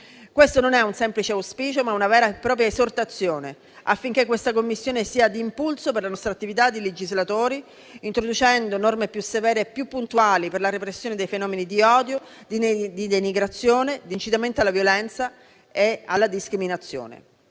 questo non è un semplice auspicio, dunque, ma una vera e propria esortazione affinché questa Commissione sia di impulso per la nostra attività di legislatori, introducendo norme più severe e più puntuali per la repressione dei fenomeni di odio, di denigrazione e di incitamento alla violenza e alla discriminazione.